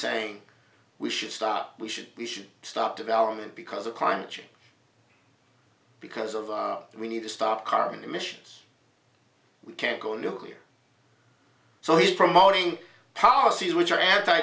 saying we should stop we should we should stop development because of climate change because of we need to stop carbon emissions we can't go nuclear so he's promoting policies which are anti